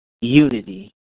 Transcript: unity